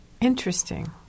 Interesting